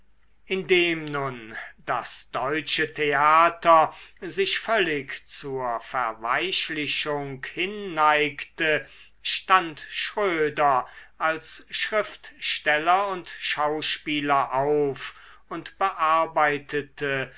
indem nun das deutsche theater sich völlig zur verweichlichung hinneigte stand schröder als schriftsteller und schauspieler auf und bearbeitete